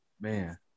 man